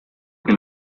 que